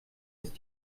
ist